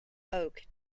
oak